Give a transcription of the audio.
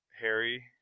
Harry